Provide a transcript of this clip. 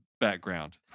background